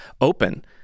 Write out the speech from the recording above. open